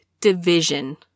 division